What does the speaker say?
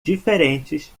diferentes